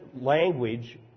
language